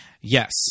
Yes